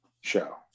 show